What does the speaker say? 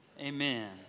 Amen